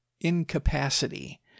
incapacity